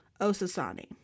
Osasani